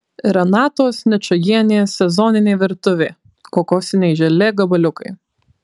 renatos ničajienės sezoninė virtuvė kokosiniai želė gabaliukai